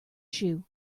shoe